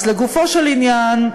אז לגופו של עניין,